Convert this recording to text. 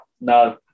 No